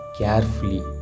carefully